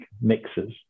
mixes